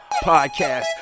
Podcast